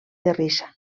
terrissa